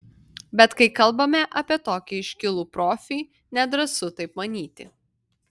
bet kai kalbame apie tokį iškilų profį nedrąsu taip manyti